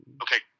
okay